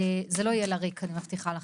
זה לא יהיה לריק, אני מבטיחה לכם.